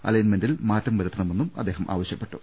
അലൈൻമെന്റിൽ മാറ്റം വരു ത്തണമെന്നും അദ്ദേഹം ആവശ്യപ്പെട്ടു